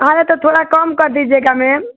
अरे तो थोड़ा कम कर दीजिएगा मैम